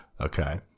Okay